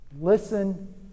listen